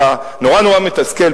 נורא מתסכל,